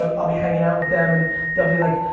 ah i'll be hanging out with them and they'll be like,